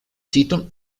sito